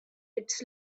its